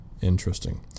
Interesting